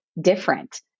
different